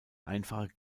einfache